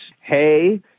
Hey